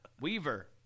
Weaver